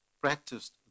practiced